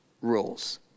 rules